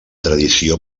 tradició